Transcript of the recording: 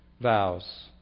vows